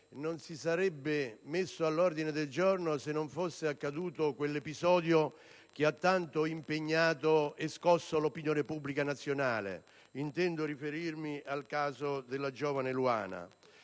non sarebbe stato messo all'ordine del giorno, se non fosse accaduto quell'episodio che ha tanto impegnato e scosso l'opinione pubblica nazionale. Intendo riferirmi al caso della giovane Eluana.